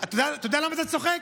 אתה יודע למה אתה צוחק?